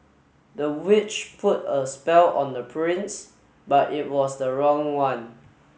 the witch put a spell on the prince but it was the wrong one